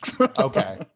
Okay